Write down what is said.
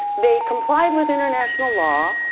they complied with international law.